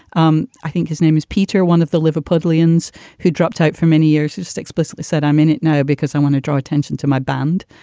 um i think his name is peter, one of the liverpudlian is who dropped type for many years, who just explicitly said, i'm in it now because i want to draw attention to my band.